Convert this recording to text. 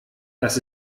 das